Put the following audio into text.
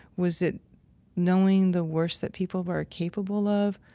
was it knowing the worst that people were capable of?